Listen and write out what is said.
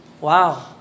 Wow